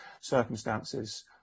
circumstances